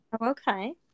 Okay